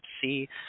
see